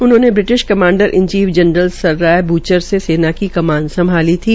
उन्होंने British commander in chief general sir Roy Bucher से सेना की कमान सभाली थी